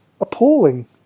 appalling